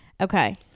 Okay